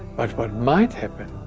but what might happen,